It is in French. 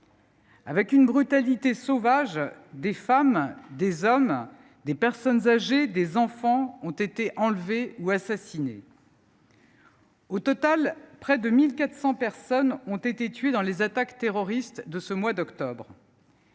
Avec une brutalité sauvage, des femmes, des hommes, des personnes âgées, des enfants ont été enlevés ou assassinés. Au total, près de 1 400 personnes ont été tuées dans les attaques terroristes de ce mois d’octobre.